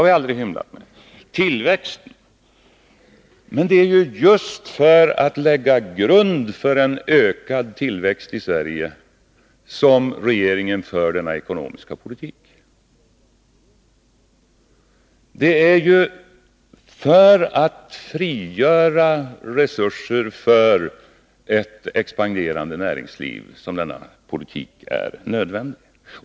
Vad gäller tillväxten är det just för att lägga grunden för en ökad tillväxt i Sverige som regeringen för denna ekonomiska politik. Det är för att frigöra resurser för ett expanderande näringsliv som denna politik är nödvändig.